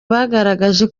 bagaragaje